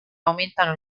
aumentano